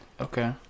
Okay